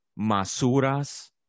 Masuras